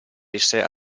essere